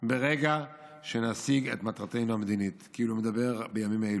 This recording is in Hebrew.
ברגע שנשיג את מטרתנו המדינית" כאילו הוא מדבר בימים אלו.